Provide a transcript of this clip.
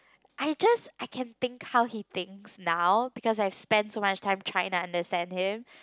I just I can think how he thinks now because I spent so much time trying to understand him